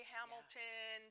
Hamilton